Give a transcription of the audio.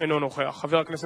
התש"ע